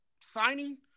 signing